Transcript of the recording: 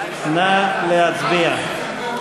נא להצביע.